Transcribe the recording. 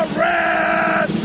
red